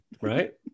right